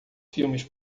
filmes